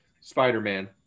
Spider-Man